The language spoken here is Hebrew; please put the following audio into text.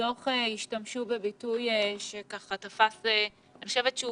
בדוח השתמשו בביטוי שתפס, אני חושבת שהוא